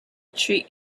treat